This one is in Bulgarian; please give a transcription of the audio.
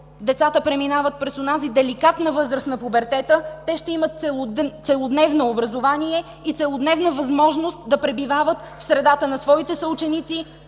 децата преминават през деликатната възраст на пубертета, ще имат целодневно образование и целодневна възможност да пребивават в средата на своите съученици,